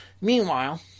Meanwhile